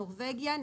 נורבגיה,